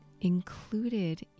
included